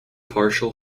partial